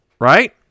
Right